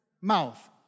mouth